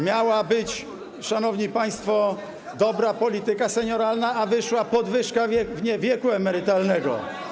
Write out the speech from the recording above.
Miała być, szanowni państwo, dobra polityka senioralna, a wyszła podwyżka wieku emerytalnego.